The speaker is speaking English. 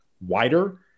wider